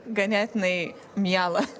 ganėtinai miela